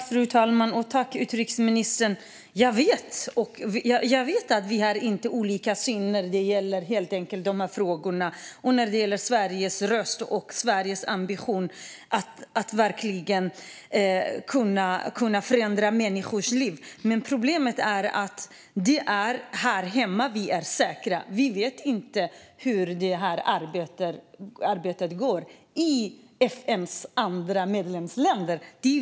Fru talman! Jag tackar utrikesministern för detta. Jag vet att vi inte har olika syn när det gäller dessa frågor, när det gäller Sveriges röst och när det gäller Sveriges ambition att verkligen kunna förändra människors liv. Men problemet är att det är här hemma vi är säkra. Vi vet inte hur detta arbete går i FN:s andra medlemsländer.